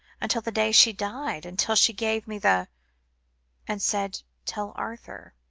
until the day she died until she gave me the and said tell arthur'